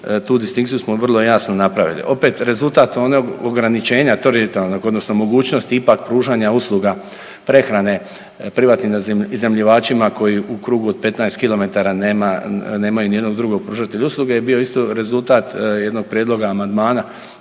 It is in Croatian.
tu distinkciju smo vrlo jasno napravili. Opet rezultat onog ograničenja teritorijalnog odnosno mogućnosti ipak pružanja usluge prehrane privatnim iznajmljivačima koji u krugu od 15 km nema, nemaju ni jednog drugog pružatelja usluge je bio isto rezultat jednog prijedloga amandmana